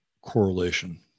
correlation